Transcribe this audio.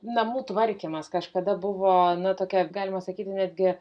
namų tvarkymas kažkada buvo na tokia galima sakyti netgi